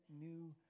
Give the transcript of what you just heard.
new